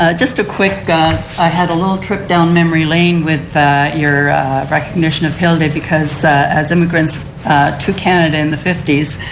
ah just a quick i had a little trip down memory lane with your recognition of hilde and because as immigrants to canada in the fifty s,